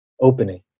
opening